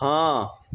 ହଁ